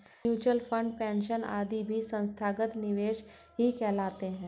mutual fund, pension आदि भी संस्थागत निवेशक ही कहलाते हैं